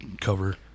cover